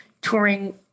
touring